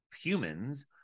humans